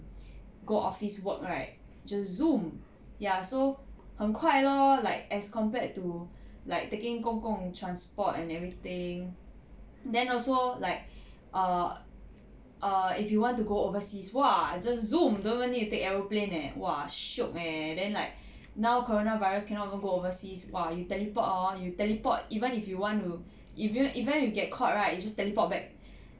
go office work right just zoom ya so 很快 lor like as compared to like taking 公共 transport and everything then also like err err if you want to go overseas !wah! just zoom don't even need to take aeroplane leh !wah! shiok leh then like now corona virus cannot go go overseas !wah! you teleport hor you teleport even if you want to even even if you get caught right you just teleport back